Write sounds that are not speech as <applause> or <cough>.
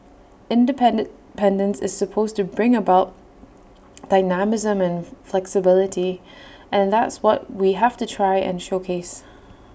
in depend <unintelligible> is supposed to bring about dynamism and flexibility and that's what we have to try and showcase